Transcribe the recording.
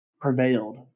prevailed